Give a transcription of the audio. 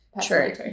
True